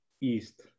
east